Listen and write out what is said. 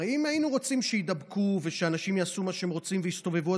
הרי אם היינו רוצים שיידבקו ושאנשים יעשו מה שהם רוצים ויסתובבו,